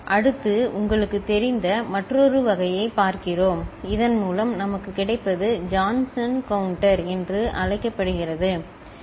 அடுத்து உங்களுக்குத் தெரிந்த மற்றொரு வகையைப் பார்க்கிறோம் இதன் மூலம் நமக்குக் கிடைப்பது ஜான்சன் கவுண்ட்டர் என்று அழைக்கப்படுகிறது சரி